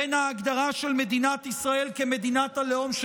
בין ההגדרה של מדינת ישראל כמדינת הלאום של